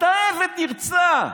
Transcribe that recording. אתה עבד נרצע.